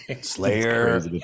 slayer